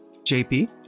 JP